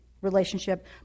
relationship